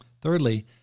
Thirdly